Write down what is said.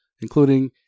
including